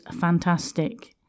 fantastic